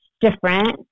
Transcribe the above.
different